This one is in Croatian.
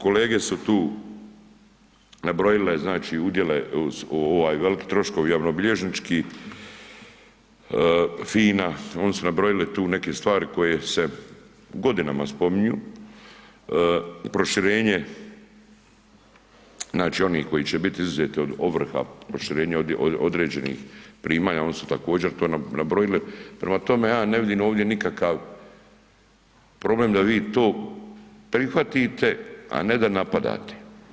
Kolege su tu nabrojile znači udjele, … veliki troškovi javnobilježnički, FINA, oni su nabrojili tu neke stvari godinama spominju proširenje, znači oni koji će biti izuzeti od ovrha proširenje određenih primanja oni su također to nabrojili, prema tome ja ne vidim ovdje nikakav problem da vi to prihvatite, a ne da napadate.